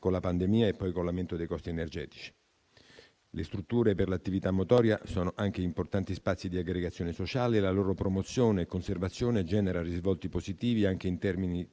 con la pandemia e poi con l'aumento dei costi energetici. Le strutture per l'attività motoria sono anche importanti spazi di aggregazione sociale e la loro promozione e conservazione genera risvolti positivi anche in termini